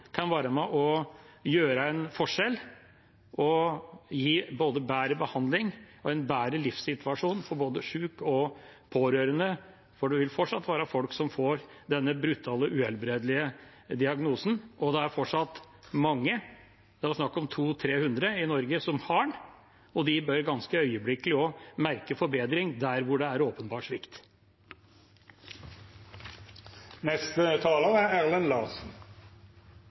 kan være med og gjøre en forskjell og gi både bedre behandling og en bedre livssituasjon for både sjuke og pårørende, for det vil fortsatt være folk som får denne brutale, uhelbredelige diagnosen, og det er fortsatt mange som har den – det var snakk om 200–300 i Norge – og de bør ganske øyeblikkelig også merke forbedring der hvor det er åpenbar svikt. Det er